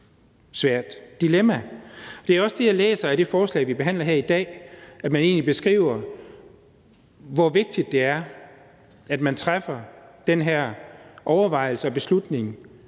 svært dilemma. Det er også det, jeg læser i det forslag, vi behandler her i dag. Der beskrives det, hvor vigtigt det er, at man gør sig de overvejelser og træffer